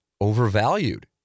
overvalued